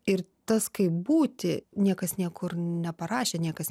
ir tas kaip būti niekas niekur neparašė niekas